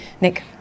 nick